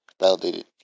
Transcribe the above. validated